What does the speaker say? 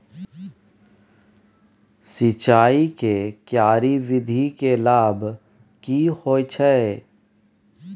सिंचाई के क्यारी विधी के लाभ की होय छै?